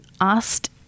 asked